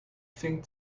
thing